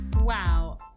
Wow